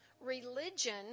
Religion